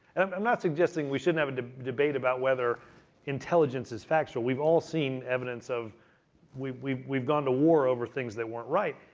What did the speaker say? and i'm not suggesting we shouldn't have a debate about whether intelligence is factual. we've all seen evidence of we've we've gone to war over things that weren't right.